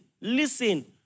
listen